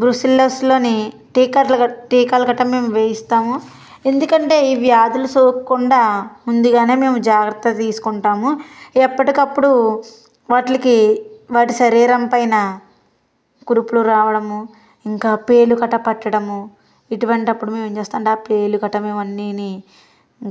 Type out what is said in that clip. బ్రుసిల్లర్స్లోని టీకాలు గట్ట టీకాలు గట్ట మేము వేయిస్తాము ఎందుకంటే ఈ వ్యాధులు సోకకుండా ముందుగానే మేము జాగ్రత్త తీసుకుంటాము ఎప్పటికప్పుడు వాటిలకి వాటి శరీరం పైన కురుపులు రావడము ఇంకా పేలుకట పట్టడము ఇటువంటి అప్పుడు మేము ఏం చేస్తుంటాం పేలు కట్ట మేము అన్నిని